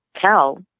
tell